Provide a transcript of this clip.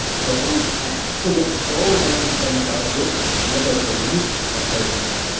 so only ten. so we have so many different driver groups, and then there the routes was very simple.